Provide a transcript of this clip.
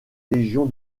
légion